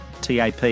TAP